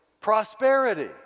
prosperity